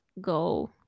go